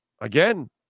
again